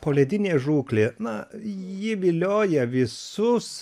poledinė žūklė na ji vilioja visus